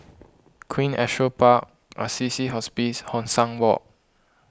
Queen Astrid Park Assisi Hospice Hong San Walk